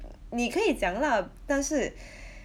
n~ 你可以讲啦但是